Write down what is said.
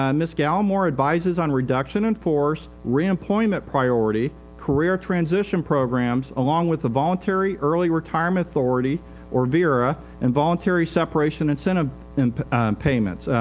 um mr. galemore advises on reduction and force, reemployment priority, career transition programs along with the voluntary early retirement authority or vera and voluntary separation and ah and payments.